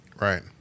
right